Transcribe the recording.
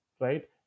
right